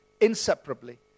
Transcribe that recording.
inseparably